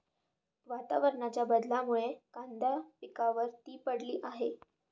वातावरणाच्या बदलामुळे कांदा पिकावर ती पडली आहे